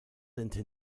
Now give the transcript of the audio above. into